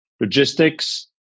logistics